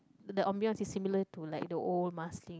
the ambience is similar to like the old Marsiling